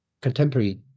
contemporary